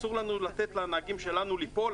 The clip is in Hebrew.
אסור לנו לתת לנהגים שלנו ליפול,